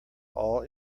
all